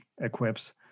equips